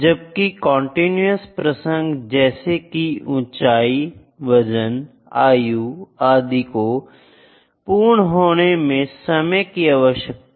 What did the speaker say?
जबकि कंटीन्यूअस प्रसंग जैसे की ऊंचाई वजन आयु आदि को पूर्ण होने में समय की आवश्यकता होती है